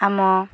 ଆମ